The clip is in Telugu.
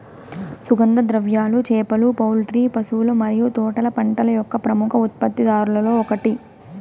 సుగంధ ద్రవ్యాలు, చేపలు, పౌల్ట్రీ, పశువుల మరియు తోటల పంటల యొక్క ప్రముఖ ఉత్పత్తిదారులలో ఒకటి